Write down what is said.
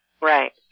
Right